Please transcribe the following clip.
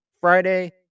Friday